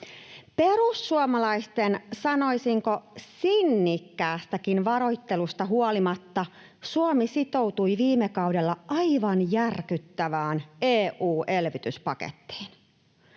Perussuomalaisten, sanoisinko, sinnikkäästäkin varoittelusta huolimatta Suomi sitoutui viime kaudella aivan järkyttävään EU-elvytyspakettiin.